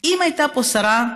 אם הייתה פה השרה,